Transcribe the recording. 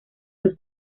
los